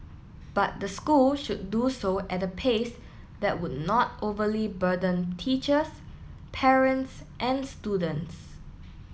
but the school should do so at a pace that would not overly burden teachers parents and students